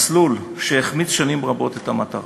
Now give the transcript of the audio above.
מסלול שהחמיץ שנים רבות את המטרה.